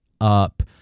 up